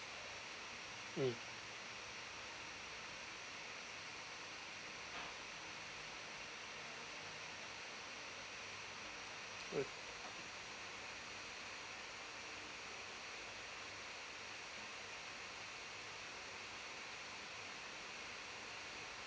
mm uh